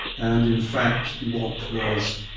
and in fact watt was